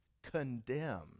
condemned